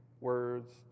words